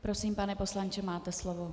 Prosím, pane poslanče, máte slovo.